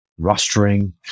rostering